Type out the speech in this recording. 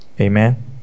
Amen